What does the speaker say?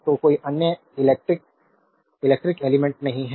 तो कोई अन्य इलेक्ट्रिक एलिमेंट्स नहीं है